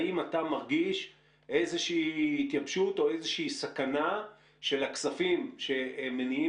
האם אתה מרגיש איזושהי התייבשות או איזושהי סכנה של הכספים שמניעים